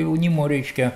jaunimo reiškia